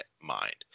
mind